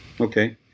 okay